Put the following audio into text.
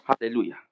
Hallelujah